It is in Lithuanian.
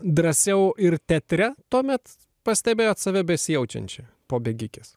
drąsiau ir teatre tuomet pastebėjot save besijaučiančią po bėgikės